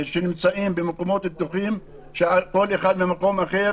שנמצאים במקומות פתוחים, כשכל אחד במקום אחר